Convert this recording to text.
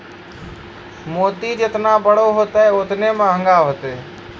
मोती जेतना बड़ो होतै, ओतने मंहगा होतै